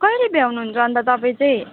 कहिले भ्याउनुहुन्छ अन्त तपाईँ चाहिँ